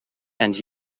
and